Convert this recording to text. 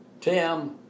Tim